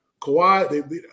Kawhi